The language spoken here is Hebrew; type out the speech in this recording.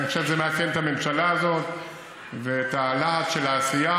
אני חושב שזה מאפיין את הממשלה הזאת ואת הלהט של העשייה,